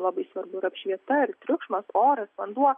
labai svarbu ir apšviesta ir triukšmas oras vanduo